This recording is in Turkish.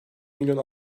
milyon